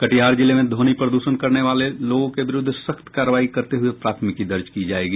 कटिहार जिले में ध्वनि प्रदूषण करने वाले लोगों के विरूद्ध सख्त कार्रवाई करते हुए प्राथमिकी दर्ज की जायेगी